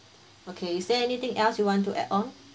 okay is there anything else you want to add on